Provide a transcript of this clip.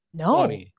No